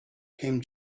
came